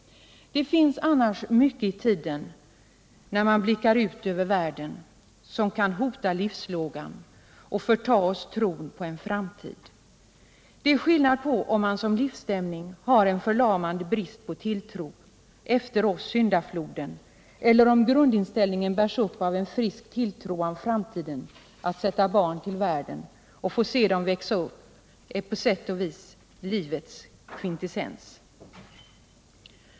Det finns annars mycket i tiden, när man blickar ut över världen, som kan hota livslågan, förta oss tron på en framtid. Det är skillnad på om man som livsstämning har en förlamande brist på tilltro — efter oss syndafloden — eller om grundinställningen bärs upp av en frisk tilltro till framtiden. Att sätta barn till världen och få se dem växa upp är på sätt och vis livets kvintessens.